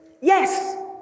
yes